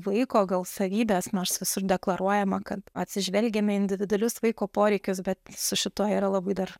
vaiko gal savybes nors visur deklaruojama kad atsižvelgiame į individualius vaiko poreikius bet su šituo yra labai dar